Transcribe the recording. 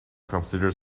considered